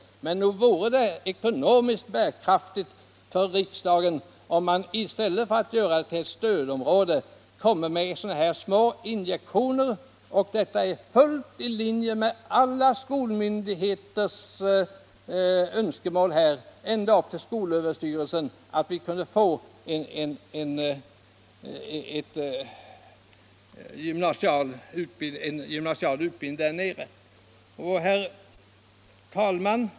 Men nog vore det ekonomiskt försvarbart för riksdagen att i stället ge små injektioner. Det vore fullt i linje med alla skolmyndigheters önskemål ända upp till skolöverstyrelsen att förlägga en gymnasial utbildning här i Simrishamn.